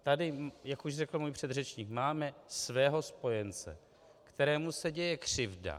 Tady, jak už řekl můj předřečník, máme svého spojence, kterému se děje křivda.